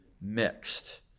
mixed